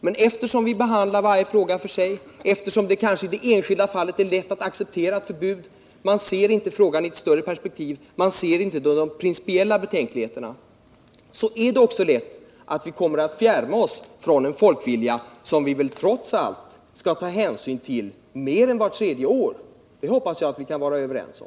Men eftersom vi behandlar varje fråga för sig, och eftersom det kanske i det enskilda fallet är lätt att acceptera ett förbud — man ser inte frågan i ett större perspektiv och man ser inte de principiella betänkligheterna — är det lätt hänt att vi fjärmar oss från den folkvilja som vi trots allt skall ta hänsyn till mer än vart tredje år. Det hoppas jag att vi kan vara överens om.